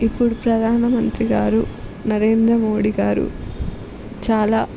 ఇప్పుడు ప్రధానమంత్రి గారు నరేంద్ర మోడీ గారు చాలా